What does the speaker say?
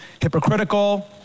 hypocritical